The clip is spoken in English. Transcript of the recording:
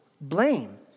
blame